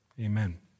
Amen